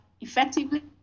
effectively